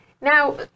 Now